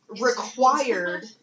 required